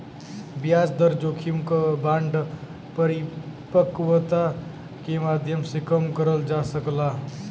ब्याज दर जोखिम क बांड परिपक्वता के माध्यम से कम करल जा सकला